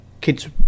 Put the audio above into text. kids